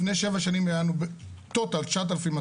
לפני שבע שנים היה לנו בטוטאל 9,200